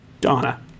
Donna